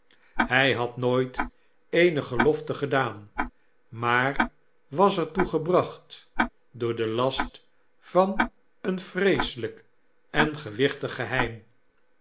hy had nooit eene gelofte gedaan maar was er toe gebracht door den last van een vreeselijk en gewichtig geheim